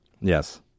Yes